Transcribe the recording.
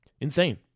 insane